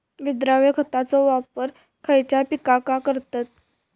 विद्राव्य खताचो वापर खयच्या पिकांका करतत?